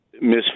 Miss